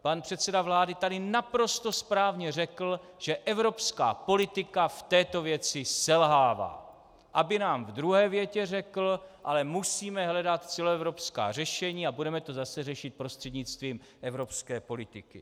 Pan předseda vlády tady naprosto správně řekl, že evropská politika v této věci selhává, aby nám v druhé větě řekl: ale musíme hledat celoevropská řešení a budeme to zase řešit prostřednictvím evropské politiky.